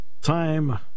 time